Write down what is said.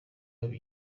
haba